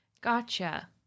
Gotcha